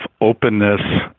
openness